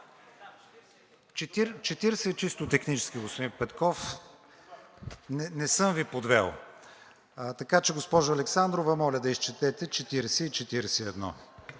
40 е чисто технически, господин Петков – не съм ви подвел. Госпожо Александрова, моля да изчетете § 40 и 41.